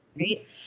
Right